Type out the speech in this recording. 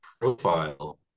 profile